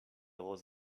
was